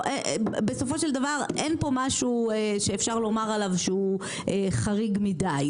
בסופו של דבר אין כאן משהו שאפשר לומר עליו שהוא חריג מדי.